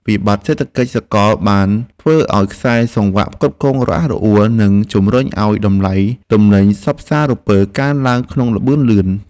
វិបត្តិសេដ្ឋកិច្ចសកលបានធ្វើឱ្យខ្សែសង្វាក់ផ្គត់ផ្គង់រអាក់រអួល និងជំរុញឱ្យតម្លៃទំនិញសព្វសារពើកើនឡើងក្នុងល្បឿនលឿន។